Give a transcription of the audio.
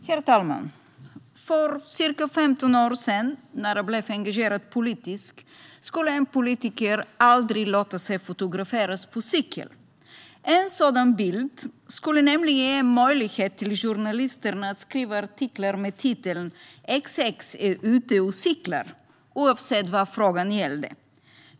Herr talman! För ca 15 år sedan, när jag blev engagerad politiskt, skulle en politiker aldrig ha låtit sig fotograferas på cykel. En sådan bild skulle nämligen ha gett möjlighet till journalisterna att skriva artiklar med titeln "XX är ute och cyklar", oavsett vad frågan gällde.